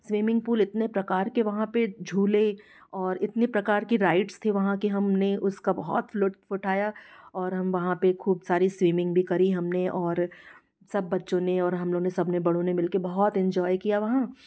swimming pool इतने प्रकार के वहाँ पे झूले और इतने प्रकार की राइड्स थे वहाँ की हमने उसका बहुत लुत्फ़ उठाया और हम वहाँ पर खूब सारे स्विमिंग भी करी हमने और सब बच्चों ने और हम लोग ने सब ने बड़ों ने मिलकर बहुत एंजॉय किया वहाँ